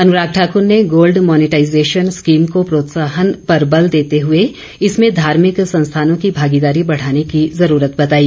अनुराग ठाकर ने gold monetisation scheme के प्रोत्साहन पर बल देते हुए इसमें धार्मिक संस्थानों की भागीदारी बढ़ार्ने की जरूरत बताई